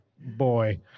boy